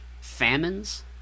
famines